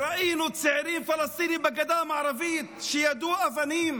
ראינו צעירים פלסטינים בגדה המערבית שיידו אבנים